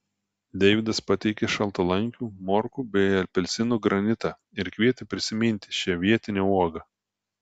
deivydas pateikė šaltalankių morkų bei apelsinų granitą ir kvietė prisiminti šią vietinę uogą